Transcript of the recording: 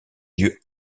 yeux